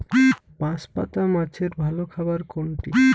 বাঁশপাতা মাছের ভালো খাবার কোনটি?